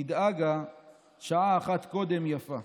נדאגה / שעה אחת קודם יפה.